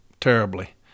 terribly